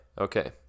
Okay